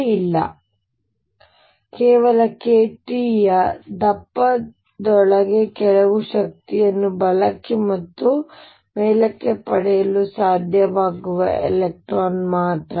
ಆದ್ದರಿಂದ ಇವೆಲ್ಲವೂ ಮೇಲಕ್ಕೆ ಚಲಿಸಲು ಸಾಧ್ಯವಿಲ್ಲ ಕೇವಲ kT ಯ ದಪ್ಪದೊಳಗೆ ಕೆಲವು ಶಕ್ತಿಯನ್ನು ಬಲಕ್ಕೆ ಅಥವಾ ಮೇಲಕ್ಕೆ ಪಡೆಯಲು ಸಾಧ್ಯವಾಗುವ ಎಲೆಕ್ಟ್ರಾನ್ ಮಾತ್ರ